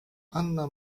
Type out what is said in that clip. anna